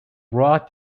raw